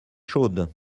chaude